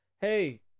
Hey